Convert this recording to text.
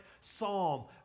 psalm